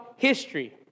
history